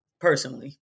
personally